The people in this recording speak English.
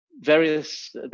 various